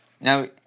Now